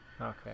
Okay